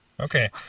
Okay